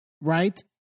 Right